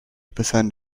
percent